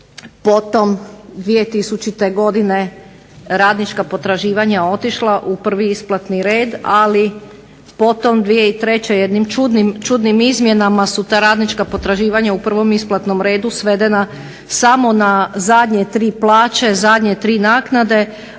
potom 2000. godine radnička potraživanja otišla u prvi isplatni red, ali potom 2003. jednim čudnim izmjenama su ta radnička potraživanja u prvom isplatnom redu svedena samo na zadnje tri plaće, zadnje tri naknade,